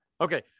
okay